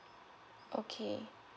okay